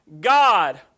God